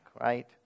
Right